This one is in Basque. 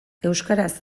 euskaraz